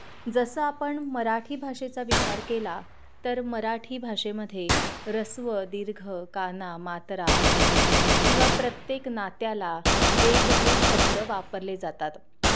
जसं आपण मराठी भाषेचा विचार केला तर मराठी भाषेमध्ये ऱ्हस्व दीर्घ काना मात्रा किंवा प्रत्येक नात्याला वेगवेगळे शब्द वापरले जातात